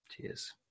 Cheers